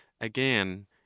again